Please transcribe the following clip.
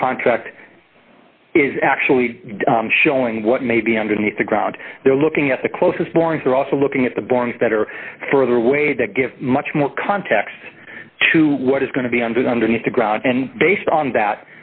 the contract is actually showing what may be underneath the ground they're looking at the closest borns they're also looking at the boards that are further away that give much more context to what is going to be under the underneath the ground and based on that